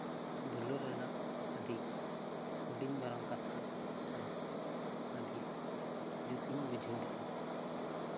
ᱫᱩᱞᱟᱹᱲ ᱨᱮᱱᱟᱜ ᱟᱹᱰᱤ ᱦᱩᱰᱤᱧ ᱢᱟᱨᱟᱝ ᱠᱟᱛᱷᱟ ᱥᱮ ᱟᱹᱰᱤ ᱡᱩᱛᱤᱧ ᱵᱩᱡᱷᱟᱹᱣ ᱞᱮᱫᱟ